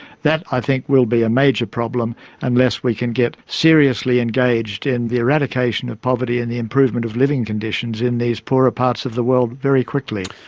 that i think will be a major problem unless we can get seriously engaged in the eradication of poverty and the improvement of living conditions in these poorer parts of the world very quickly.